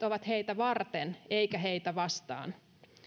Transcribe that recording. ovat heitä varten eivätkä heitä vastaan